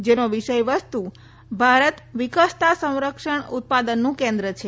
જેનો વિષય વસ્તું ભારતઃ વિકસતા સંરક્ષણ ઉત્પાદનું કેન્દ્ર છે